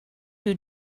who